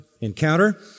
encounter